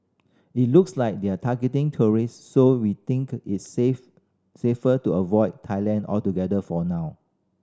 it looks like they're targeting tourist so we think it's safe safer to avoid Thailand altogether for now